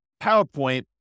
PowerPoint